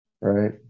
right